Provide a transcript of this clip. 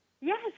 yes